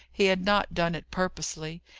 he had not done it purposely.